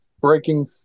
breaking